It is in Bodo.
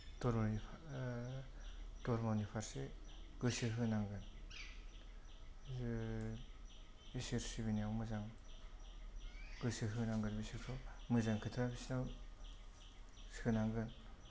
दरयै एफा धर्मनि फारसे गोसो होनांगोन जे इसोर सिबिनायाव मोजां गोसो होनांगोन बिसोरखौ मोजां खोथा बिसोरनाव सोनांगोन